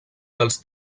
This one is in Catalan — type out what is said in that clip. dels